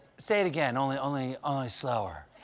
say it again, only only slower.